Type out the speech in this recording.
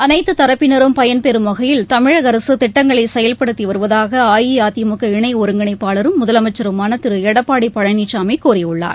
அனைத்துத் தரப்பினரும் பயன்பெறும் வகையில் தமிழக அரசு திட்டங்களை செயல்படுத்தி வருவதாக அஇஅதிமுக இணை ஒருங்கிணைப்பாளரும் முதலமைச்சருமான திரு எடப்பாடி பழனிசாமி கூறியுள்ளார்